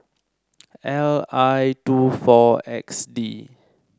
L I two four X D